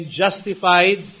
justified